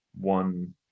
one